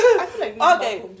Okay